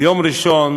ביום ראשון